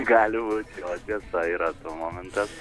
gali būt jo tiesa yra momentas